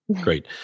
Great